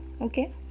okay